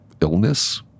illness